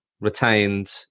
retained